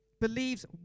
Believes